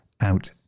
out